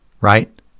right